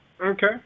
Okay